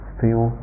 feel